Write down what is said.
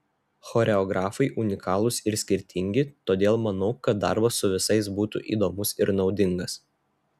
choreografai unikalūs ir skirtingi todėl manau kad darbas su visais būtų įdomus ir naudingas